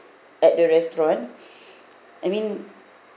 at the restaurant I mean